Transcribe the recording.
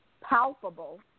palpable